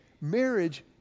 marriage